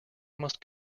must